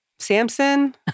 samson